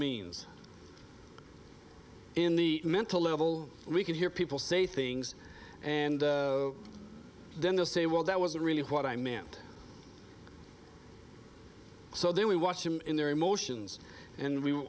means in the mental level we can hear people say things and then they'll say well that wasn't really what i meant so then we watch them in their emotions and we